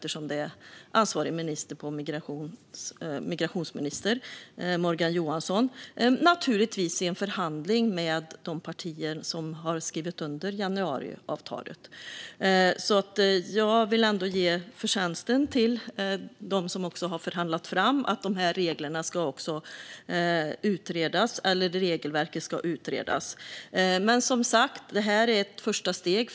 Ansvarig minister är nämligen migrationsminister Morgan Johansson. Det har naturligtvis gjorts i förhandling med de partier som har skrivit under januariavtalet. Jag vill alltså ändå lägga förtjänsten på dem som har förhandlat fram att det här regelverket ska utredas. Detta är som sagt ett första steg.